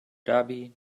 dhabi